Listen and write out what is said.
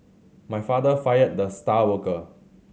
my father fired the star worker